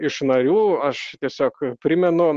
iš narių aš tiesiog primenu